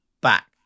back